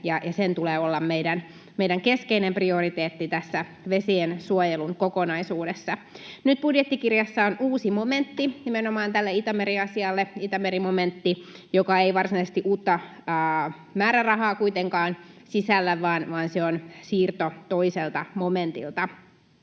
Sen tulee olla meidän keskeinen prioriteetti tässä vesiensuojelun kokonaisuudessa. Nyt budjettikirjassa on uusi momentti nimenomaan tälle Itämeri-asialle, Itämeri-momentti, joka ei varsinaisesti kuitenkaan sisällä uutta määrärahaa, vaan se on siirto toiselta momentilta.